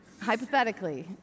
Hypothetically